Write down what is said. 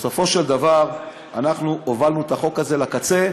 בסופו של דבר אנחנו הובלנו את החוק הזה לקצה,